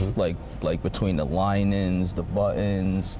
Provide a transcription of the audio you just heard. like like between the lining, the buttons,